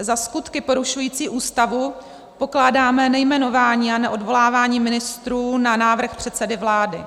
Za skutky porušující Ústavu pokládáme nejmenování a neodvolávání ministrů na návrh předsedy vlády.